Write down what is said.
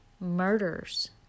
Murders